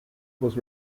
was